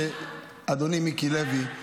אדוני מיקי לוי,